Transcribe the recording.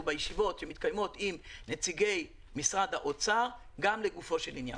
בישיבות שמתקיימות עם נציגי משרד האוצר גם לגופו של עניין.